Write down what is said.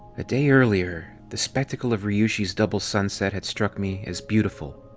a day earlier, the spectacle of ryushi's double sunset had struck me as beautiful.